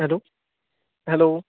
hello hello